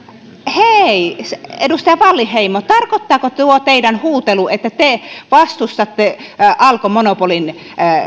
hei edustaja wallinheimo tarkoittaako tuo teidän huutelunne että te vastustatte alkon monopolin